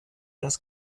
das